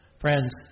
Friends